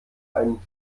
einen